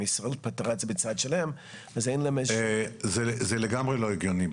אם ישראל פתרה את זה בצד שלהם אז אין למשק --- זה לגמרי לא הגיוני.